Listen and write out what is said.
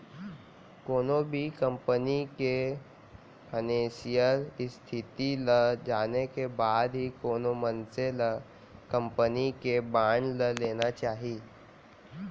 कोनो भी कंपनी के फानेसियल इस्थिति ल जाने के बाद ही कोनो मनसे ल कंपनी के बांड ल लेना चाही